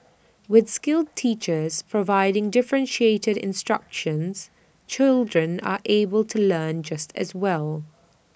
with skilled teachers providing differentiated instruction children are able to learn just as well